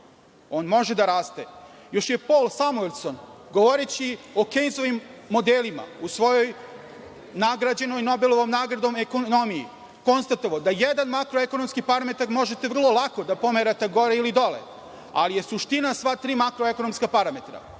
on može da raste. Još je Pol Samjuelson, govoreći o Kejnzovim modelima u svojoj, nagrađenoj Nobelovom nagradom, „Ekonomiji“ konstatovao da jedan makroekonomski parametar možete vrlo lako da pomerate gore ili dole, ali je suština sva tri makroekonomska parametra.